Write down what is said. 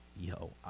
Yo